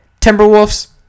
Timberwolves